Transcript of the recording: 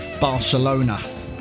Barcelona